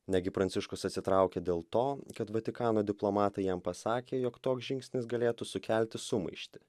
negi pranciškus atsitraukė dėl to kad vatikano diplomatai jam pasakė jog toks žingsnis galėtų sukelti sumaištį